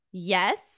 yes